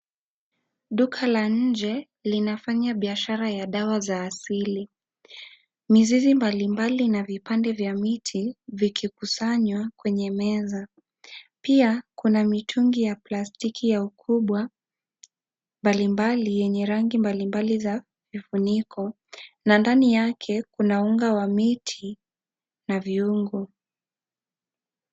Duka la nje linafanya biashara ya dawa za asili. Mizizi mbalimbali na vipande vya miti vikikusanywa kwenye meza. Pia kuna mitungi ya plastiki ya ukubwa mbalimbali yenye rangi mbalimbali za vifuniko. Na ndani yake kuna unga wa miti na viungo.